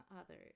others